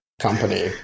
company